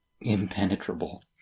impenetrable